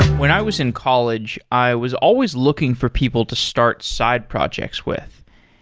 when i was in college, i was always looking for people to start side projects with.